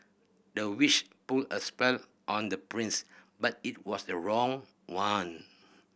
the witch put a spell on the prince but it was the wrong one